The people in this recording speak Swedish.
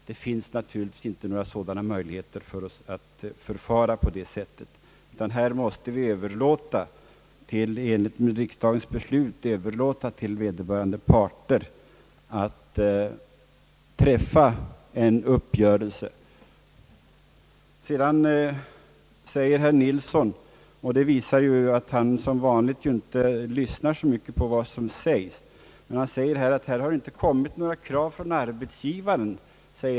Det finns naturligtvis inte några möjligheter för oss att förfara på det sättet, utan här måste det enligt riksdagens beslut överlåtas på vederbörande parter att träffa en uppgörelse. Herr Nilsson säger vidare — och det visar ju att han som vanligt inte lyssnar så mycket på vad som sägs — att jag skulle ha anfört att det inte kommit några krav från arbetsgivaren.